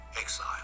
exile